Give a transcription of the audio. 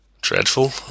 dreadful